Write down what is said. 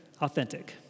authentic